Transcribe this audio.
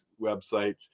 websites